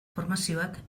formazioak